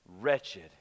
wretched